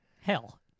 Hell